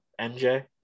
MJ